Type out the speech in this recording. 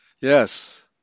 Yes